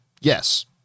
Yes